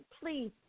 please